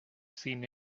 seen